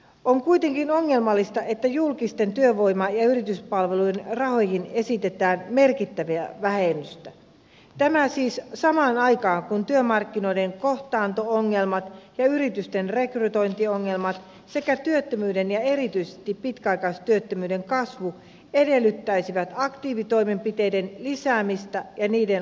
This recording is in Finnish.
on kuitenkin ongelmallista että julkisten työvoima ja yrityspalvelujen rahoihin esitetään merkittävää vähennystä tämä siis samaan aikaan kun työmarkkinoiden kohtaanto ongelmat ja yritysten rekrytointiongelmat sekä työttömyyden ja erityisesti pitkäaikaistyöttömyyden kasvu edellyttäisivät aktiivitoimenpiteiden lisäämistä ja niiden laadullista kehittämistä